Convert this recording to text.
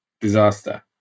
disaster